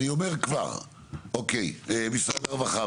משרד הרווחה,